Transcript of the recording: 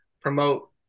promote